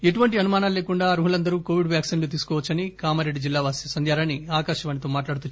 ఎటువంటి అనుమానాలు లేకుండా అర్హులందరూ కోవిడ్ వ్యాక్పిన్లు తీసుకోవచ్చునని కామారెడ్జి జిల్లావాసి సంధ్యారాణి ఆకాశవాణితో మాట్లాడుతూ